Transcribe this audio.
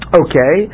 okay